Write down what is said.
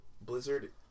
Blizzard